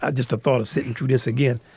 ah just the thought of sitting through this again.